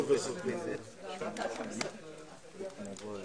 11:56.